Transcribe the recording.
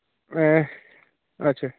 हैं अच्छा